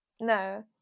no